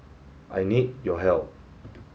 I need your help